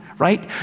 right